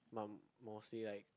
but I'm mostly like